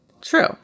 True